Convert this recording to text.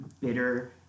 bitter